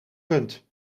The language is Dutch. rund